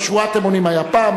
לא, שבועת אמונים היתה פעם.